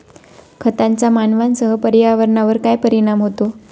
खतांचा मानवांसह पर्यावरणावर काय परिणाम होतो?